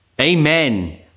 Amen